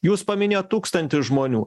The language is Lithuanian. jūs paminėjot tūkstantį žmonių